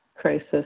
crisis